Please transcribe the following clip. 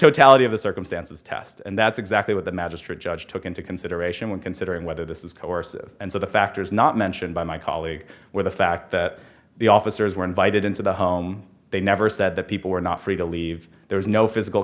totality of the circumstances test and that's exactly what the magistrate judge took into consideration when considering whether this is coercive and so the factors not mentioned by my colleague where the fact that the officers were invited into the home they never said that people were not free to leave there was no physical